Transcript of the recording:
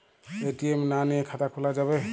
ATM না নিয়ে খাতা খোলা যাবে?